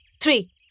three